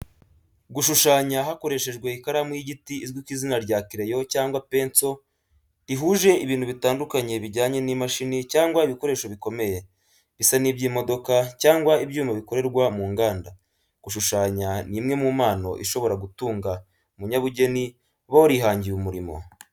Gushushanya hakoreshejwe ikaramu y’igiti izwi ku izina rya kereyo cyangwa penso rihuje ibintu bitandukanye bijyanye n’imashini cyangwa ibikoresho bikomeye, bisa n’iby’imodoka cyangwa ibyuma bikorerwa mu nganda. Gushushanya ni imwe mu mpano ishobora gutunga umunyabugeni uba warihangiye umurimo.